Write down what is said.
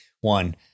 one